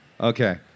Okay